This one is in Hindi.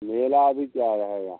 मेला अभी क्या रहेगा